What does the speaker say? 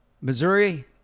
Missouri